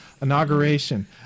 Inauguration